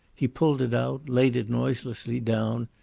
he pulled it out, laid it noiselessly down,